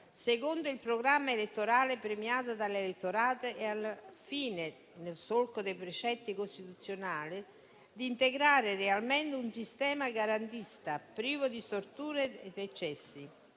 secondo il programma elettorale premiato dall'elettorato e al fine, nel solco dei precetti costituzionali, di integrare realmente un sistema garantista privo di storture e di eccessi,